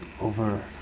over